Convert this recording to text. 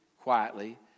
quietly